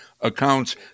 accounts